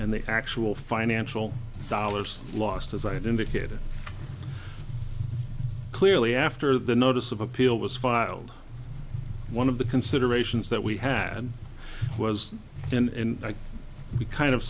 and the actual financial dollars lost as i had indicated clearly after the notice of appeal was filed one of the considerations that we had was in the kind of